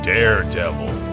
Daredevil